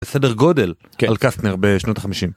בסדר גודל כאל קסטנר בשנות ה-50.